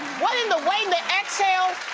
what in the waiting to exhale,